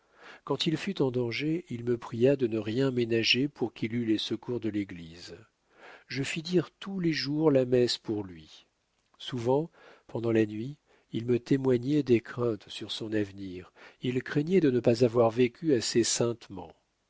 quand il fut en danger il me pria de ne rien ménager pour qu'il eût les secours de l'église je fis dire tous les jours la messe pour lui souvent pendant la nuit il me témoignait des craintes sur son avenir il craignait de ne pas avoir vécu assez saintement